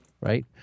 right